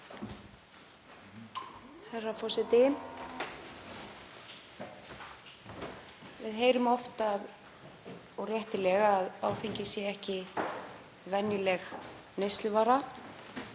Herra forseti. Við heyrum oft, og réttilega, að áfengi sé ekki venjuleg neysluvara.